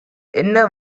என்ன